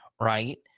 right